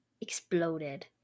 exploded